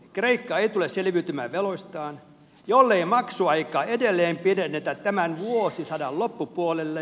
kreikka ei tule selviytymään veloistaan jollei maksuaikaa edelleen pidennetä tämän vuosisadan loppupuolelle